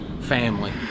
family